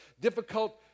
difficult